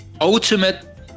ultimate